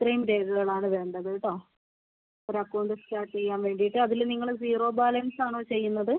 ഇത്രയും രേഖകളാണ് വേണ്ടത് കെട്ടോ ഒരു അക്കൗണ്ട് നിങ്ങൾക്ക് സ്റ്റാർട്ട് ചെയ്യാൻ വേണ്ടിയിട്ട് അതിൽ നിങ്ങൾ സീറോ ബാലൻസാണോ ചെയ്യുന്നത്